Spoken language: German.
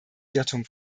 irrtum